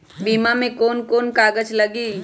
बीमा में कौन कौन से कागज लगी?